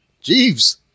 Jeeves